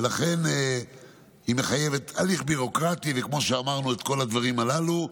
ולכן הן מחייבות הליך ביורוקרטי ואת כל הדברים הללו,